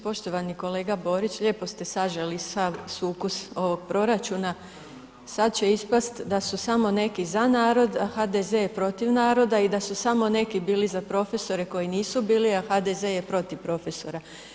Poštovani kolega Borić, lijepo ste saželi sav sukus ovog proračuna, sada će ispasti da su samo neki za narod a HDZ je protiv naroda i da su samo neki bili za profesore koji nisu bili a HDZ je protiv profesora.